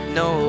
no